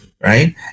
Right